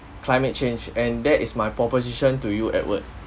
climate change and that is my proposition to you edward